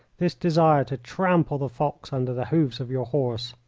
this desire to trample the fox under the hoofs of your horse.